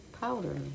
Powder